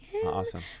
Awesome